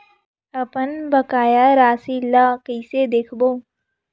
अपन बकाया राशि ला कइसे देखबो?